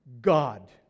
God